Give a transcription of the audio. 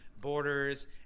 borders